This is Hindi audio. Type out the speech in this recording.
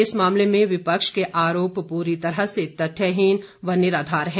इस मामले में विपक्ष के आरोप पूरी तरह से तथ्यहीन व निराधार है